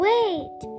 Wait